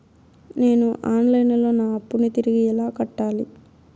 నేను online లో నా అప్పును తిరిగి ఎలా కట్టాలి?